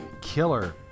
killer